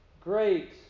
great